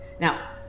now